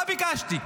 מה ביקשתי?